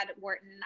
Wharton